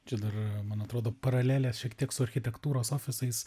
čia dar man atrodo paralelės šiek tiek su architektūros ofisais